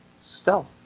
stealth